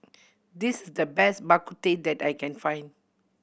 this is the best Bak Kut Teh that I can find